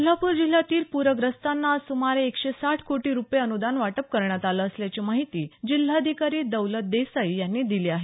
कोल्हापुर जिल्ह्यातील पूरग्रस्तांना आज सुमारे एकशे साठ कोटी रुपये अनुदान वाटप करण्यात आलं असल्याची माहिती जिल्हाधिकारी दौलत देसाई यांनी दिले आहे